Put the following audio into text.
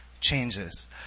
changes